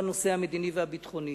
גם בנושא המדיני והביטחוני,